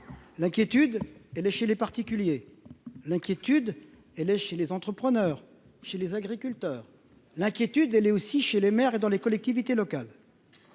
l'inquiétude et les chez les particuliers, l'inquiétude et chez les entrepreneurs chez les agriculteurs l'inquiétude, elle est aussi chez les maires et dans les collectivités locales.